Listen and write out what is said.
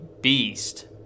beast